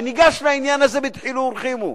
וניגש לעניין הזה בדחילו ורחימו.